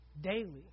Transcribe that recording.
Daily